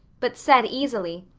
but said easily,